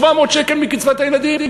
700 שקל מקצבת הילדים?